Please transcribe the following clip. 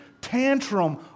tantrum